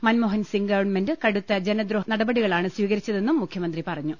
Manmohan Singh government കടുത്ത ജനദ്രോഹ നടപടികളാണ് സ്വീക രിച്ചതെന്നും മുഖ്യമന്ത്രി പറഞ്ഞു